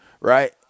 right